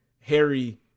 Harry